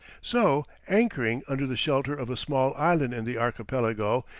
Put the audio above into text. so, anchoring under the shelter of a small island in the archipelago,